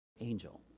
angel